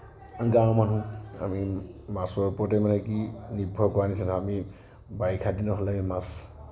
গাঁৱৰ মানুহ আমি মাছৰ ওপৰতে মানে কি নিৰ্ভৰ কৰা নিচিনা আমি বাৰিষা দিন হ'লে মাছ